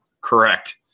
Correct